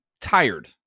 tired